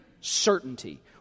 certainty